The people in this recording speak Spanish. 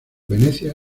venecia